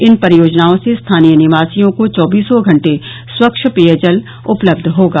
इन परियोजनाओं से स्थानीय निवासियों को चौबीसो घंटे स्वचछ पेयजल उपलब्ध होगा